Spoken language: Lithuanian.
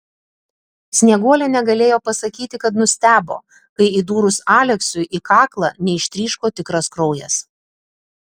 snieguolė negalėjo pasakyti kad nustebo kai įdūrus aleksiui į kaklą neištryško tikras kraujas